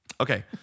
Okay